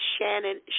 Shannon